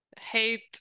hate